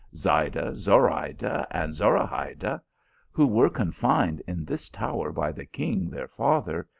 zayda, zorayda, and zorahayda, who were confined in this tower by the king their father,